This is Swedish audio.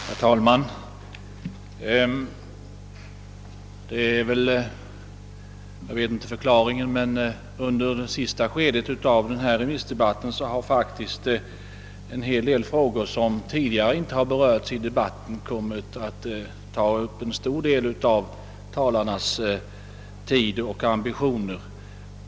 Herr talman! Jag vet inte förklaringen, men under det sista skedet av denna remissdebatt har faktiskt en del frågor, som tidigare inte har berörts i debatten, kommit att ta upp en stor del av talarnas tid och ambitioner.